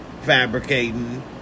fabricating